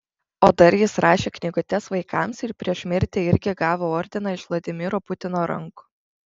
o dar jis rašė knygutes vaikams ir prieš mirtį irgi gavo ordiną iš vladimiro putino rankų